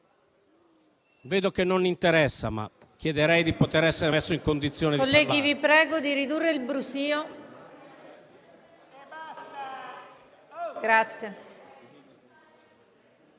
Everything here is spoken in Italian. Vedo che non interessa, ma chiederei di poter essere messo nella condizione di parlare.